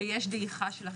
שיש דעיכה.